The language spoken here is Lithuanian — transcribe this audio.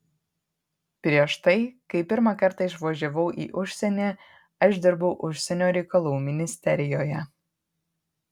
prieš tai kai pirmą kartą išvažiavau į užsienį aš dirbau užsienio reikalų ministerijoje